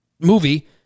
movie